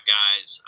guys